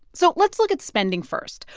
so let's look at spending first.